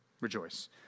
rejoice